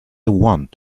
want